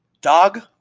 dog –